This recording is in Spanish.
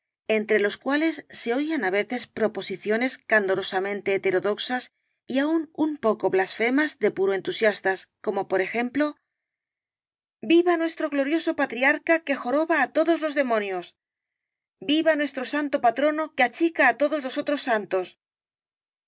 entre los cuales se oían á veces pro posiciones candorosamente heterodoxas y aun un poco blasfemas de puro entusiastas como por ejemplo viva nuestro glorioso patriarca que jo roba á todos los demonios viva nuestro santo patrono que achica á todos los otros santos